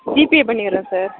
GPay பண்ணிட்றேன் sir